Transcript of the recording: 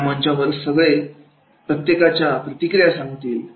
या मंचावर सगळे प्रत्येकाच्या प्रतिक्रिया सांगतील